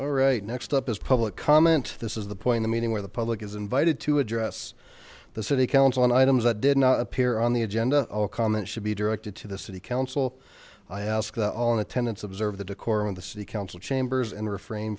all right next up is public comment this is the point of meeting where the public is invited to address the city council on items that did not appear on the agenda a comment should be directed to the city council i ask all in attendance observe the decorum of the city council chambers and refrain